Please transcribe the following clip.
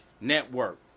Network